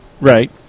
Right